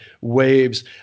Waves